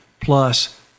plus